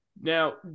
Now